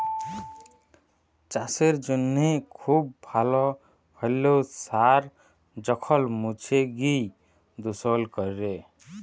চাসের জনহে খুব ভাল হ্যলেও সার যখল মুছে গিয় দুষল ক্যরে